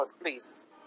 please